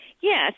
Yes